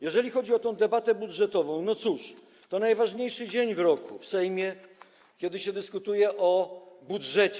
Jeżeli chodzi o tę debatę budżetową, no cóż, to najważniejszy dzień w roku w Sejmie, kiedy się dyskutuje o budżecie.